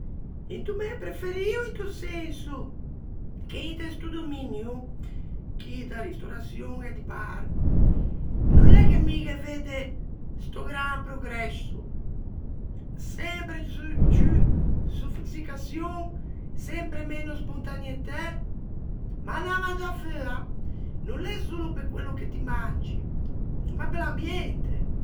Into mæ preferio into senso che inte sto dominio chì da ristoraçion e di bar no l'é che mi ghe vedde sto gran progresso: sempre ciù sofisticaçion, sempre meno spontanietæ, ma anâ à mangiâ feua no l'é solo pe quello che ti mangi, ma pe l'ambiente.